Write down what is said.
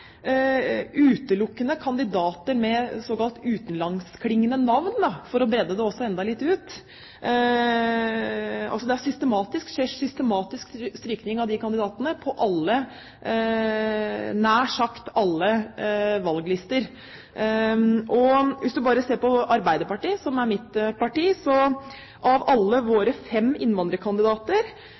av kandidater med såkalt utenlandskklingende navn på nær sagt alle valglister. Hvis man ser på Arbeiderpartiet, som er mitt parti, er alle våre fem innvandrerkandidater